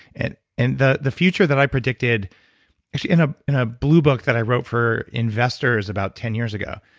and and the the future that i predicted actually in ah in a blue book that i wrote for investors about ten years ago.